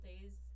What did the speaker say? days